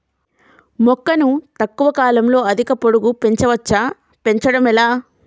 మొక్కను తక్కువ కాలంలో అధిక పొడుగు పెంచవచ్చా పెంచడం ఎలా?